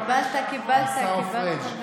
קיבלת, קיבלת, קיבלת.